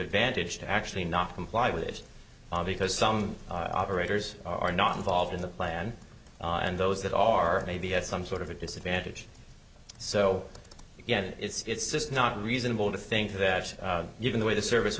advantage to actually not comply with it because some operators are not involved in the plan and those that are maybe at some sort of a disadvantage so again it's just not reasonable to think that given the way the service